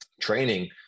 training